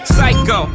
Psycho